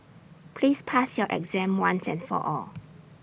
please pass your exam once and for all